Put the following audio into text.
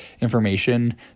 information